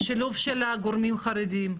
שילוב של גורמים חרדיים,